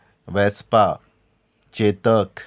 Vespa Chetak